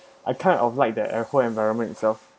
I kind of like the airport environment itself